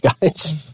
guys